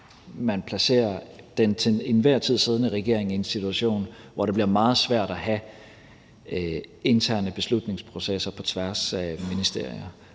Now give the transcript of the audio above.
man placerer den til enhver tid siddende regering i en situation, hvor det bliver meget svært at have interne beslutningsprocesser på tværs af ministerier,